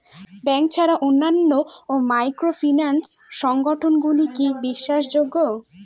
Bank ছাড়া অন্যান্য microfinance সংগঠন গুলি কি বিশ্বাসযোগ্য?